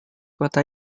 kota